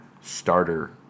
starter